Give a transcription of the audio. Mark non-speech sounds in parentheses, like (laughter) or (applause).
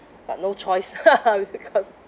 but no choice (laughs) because